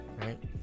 Right